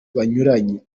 banyuranye